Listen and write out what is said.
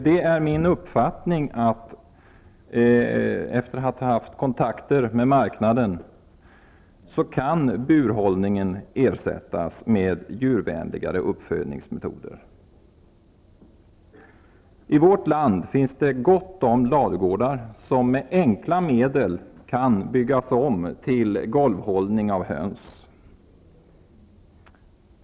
Det är min uppfattning efter att jag haft kontakter med marknaden, att burhållningen kan ersättas med djurvänligare uppfödningsmetoder. I vårt land finns det gott om ladugårdar som med enkla medel kan byggas om till golvhållning av höns.